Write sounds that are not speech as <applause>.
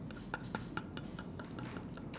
<laughs>